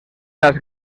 las